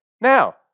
Now